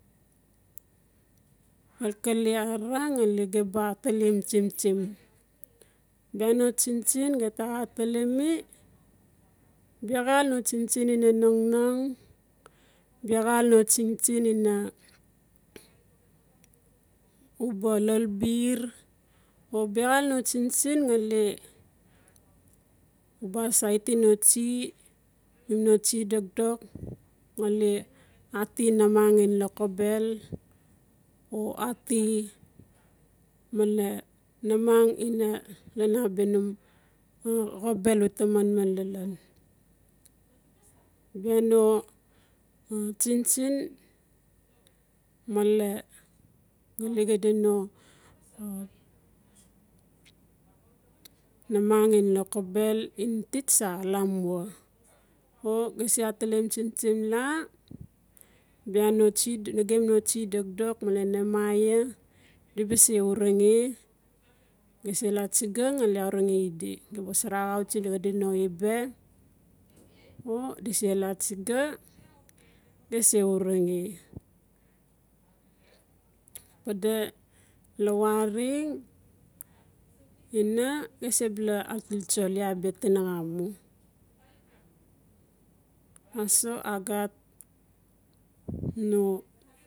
Xalkale arara ngali no tsiimtsiim, bia no tsiimtsiim di ta atlelem, biaxel no tsiimtsiim nongnong biaxel tsiimtsiim luolberi o biaxal no tsimtsim u ba saeti num no tsii dokdok ati namang logubel o ati num xobel uta manman lalan bia no tsimtsim mela xade no namang logibelintesta lamwa o taelam tsimtsim la bia no tsii dokdok mela nehemiah di ga se unoreng do osara axu ge xadi no eiba padi lawareng padi lawareng lna iaa sabula atilsoli abia tena xa mu aso a gat no